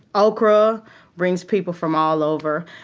okra brings people from all over.